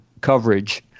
coverage